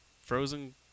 Frozen